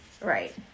Right